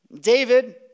David